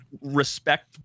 respect